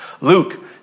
Luke